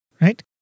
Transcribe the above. Right